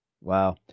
Wow